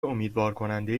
امیدوارکننده